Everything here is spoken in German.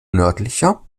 nördlicher